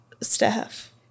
staff